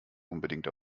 unbedingt